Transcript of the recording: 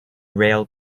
rail